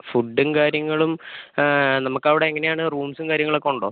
ഫുഡും കാര്യങ്ങളും നമുക്കവിടെ എങ്ങനെയാണ് റൂംസും കാര്യങ്ങളും ഒക്കെ ഉണ്ടോ